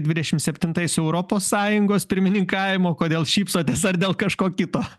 dvidešim septintais europos sąjungos pirmininkavimo kodėl šypsotės ar dėl kažko kito